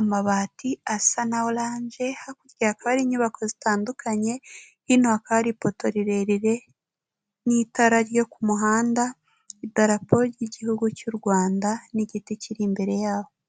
amabati asa na oranje, hakurya hakaba hari hari inyubako zitandukanye, hino hakaba hari ipoto rirerire n'itara ryo ku muhanda, idarapo ry'igihugu cy'u Rwanda n'igiti kiri imbere yaho.